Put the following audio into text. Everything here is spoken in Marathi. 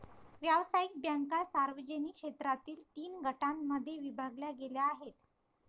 व्यावसायिक बँका सार्वजनिक क्षेत्रातील तीन गटांमध्ये विभागल्या गेल्या आहेत